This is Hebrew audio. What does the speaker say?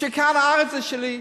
שכאן זה הארץ שלי?